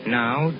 now